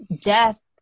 death